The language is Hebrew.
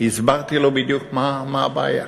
הסברתי לו בדיוק מה הבעיה.